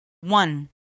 one